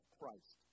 Christ